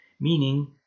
Meaning